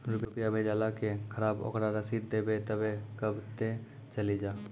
रुपिया भेजाला के खराब ओकरा रसीद देबे तबे कब ते चली जा?